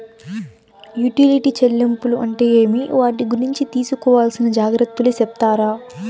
Utility చెల్లింపులు అంటే ఏమి? వాటి గురించి తీసుకోవాల్సిన జాగ్రత్తలు సెప్తారా?